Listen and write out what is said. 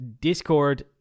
Discord